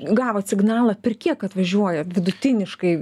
gavot signalą per kiek atvažiuojat vidutiniškai